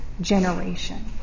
generation